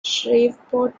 shreveport